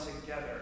together